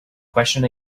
question